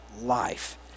life